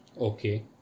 Okay